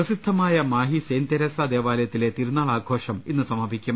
പ്രസിദ്ധമായ Mahe saint Teresa ദേവാലയത്തിലെ തിരുനാൾ ആഘോഷം ഇന്ന് സമാപിക്കും